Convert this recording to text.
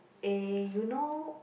eh you know